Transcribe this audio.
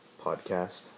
podcast